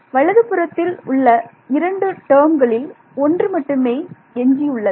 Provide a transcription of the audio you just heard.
வலது புறத்தில் உள்ள இரண்டு டேர்ம்களில் ஒன்று மட்டுமே எஞ்சியுள்ளது